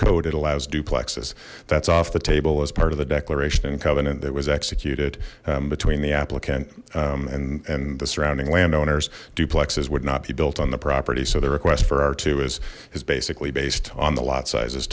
it allows duplexes that's off the table as part of the declaration and covenant that was executed between the applicant and and the surrounding landowners duplexes would not be built on the property so the request for our two is is basically based on the lot sizes